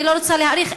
אני לא רוצה להאריך,